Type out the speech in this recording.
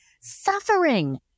suffering